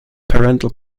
parental